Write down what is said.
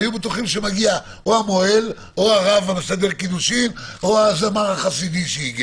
היו בטוחים שמגיע המוהל או הרב המסדר קידושים או הזמר החסידי.